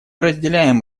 разделяем